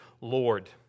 Lord